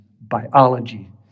biology